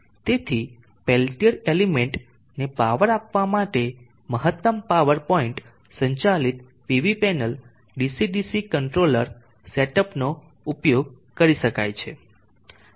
તેથી Peltier element ને power આપવા માટે મહત્તમ પાવર પોઇન્ટ સંચાલિત PV panel DC DC controller સેટઅપનો ઉપયોગ કરી શકાય છે